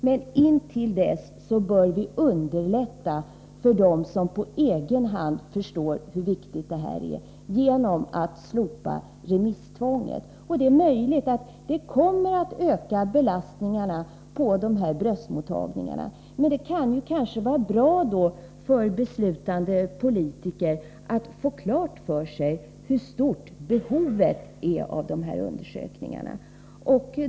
Men intill dess bör vi underlätta för dem som på egen hand förstår hur viktigt detta är, genom att slopa remisstvånget. Det är möjligt att det kommer att öka belastningarna på dessa bröstmottagningar, men det kanske kan vara bra för beslutande politiker att få klart för sig hur stort behovet är av dessa undersökningar.